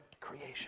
creation